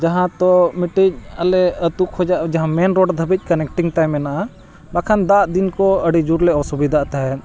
ᱡᱟᱦᱟᱸ ᱛᱚ ᱢᱤᱫᱴᱤᱡ ᱟᱞᱮ ᱟᱛᱳ ᱠᱷᱚᱱᱟᱜ ᱡᱟᱦᱟᱸ ᱢᱮᱱ ᱨᱳᱰ ᱫᱷᱟᱹᱵᱤᱡ ᱠᱟᱱᱮᱠᱴᱤᱝ ᱛᱟᱭ ᱢᱮᱱᱟᱜᱼᱟ ᱵᱟᱠᱷᱟᱱ ᱫᱟᱜ ᱫᱤᱱ ᱠᱚ ᱟᱹᱰᱤ ᱡᱳᱨ ᱞᱮ ᱚᱥᱩᱵᱤᱫᱷᱟᱜ ᱛᱟᱦᱮᱸᱫ